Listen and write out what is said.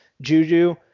Juju